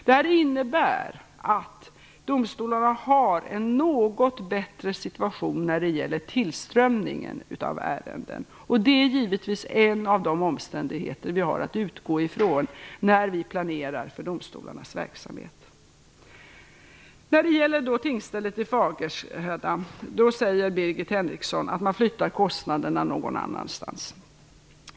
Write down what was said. Detta innebär att domstolarna har en något bättre situation när det gäller tillströmningen av ärenden. Det är givetvis en av de omständigheter som vi har att utgå ifrån när vi planerar för domstolarnas verksamhet. När det gäller tingsstället i Fagersta säger Birgit Henriksson att man flyttar kostnaderna någon annanstans.